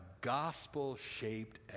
gospel-shaped